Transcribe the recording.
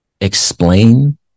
explain